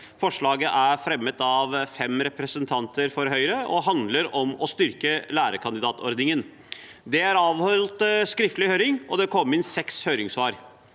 Forslaget er fremmet av fem representanter fra Høyre og handler om å styrke lærekandidatordningen. Det er avholdt skriftlig høring, og det kom inn seks høringssvar.